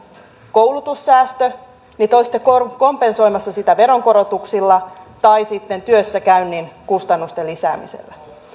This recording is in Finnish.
koulutussäästöä olisitte kompensoimassa veronkorotuksilla tai sitten työssäkäynnin kustannusten lisäämisellä